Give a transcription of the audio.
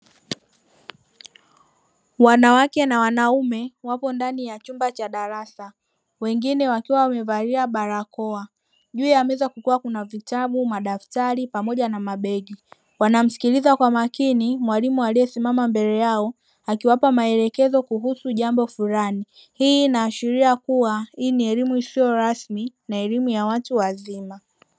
Wanawake na wanaume wapo ndani ya chumba cha darasa, wengine wakiwa wamevalia barakoa, juu ya meza kukiwa kuna vitabu, madaftari pamoja na mabegi. Wanamsikiliza kwa makini mwalimu aliyesimama mbele yao akiwapa maelekezo kuhusu jambo fulani. Hii inaashiria kua hii ni elimu isiyo rasmi na elimu ya watu wazima